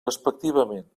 respectivament